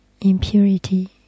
impurity